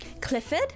Clifford